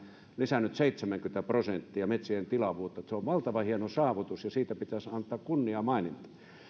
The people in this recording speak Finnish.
lisännyt seitsemänkymmentä prosenttia metsien tilavuutta se on valtavan hieno saavutus ja siitä pitäisi antaa kunniamaininta